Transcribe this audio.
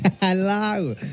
Hello